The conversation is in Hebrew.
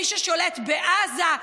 מי ששולט בעזה.